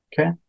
okay